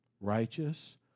Righteous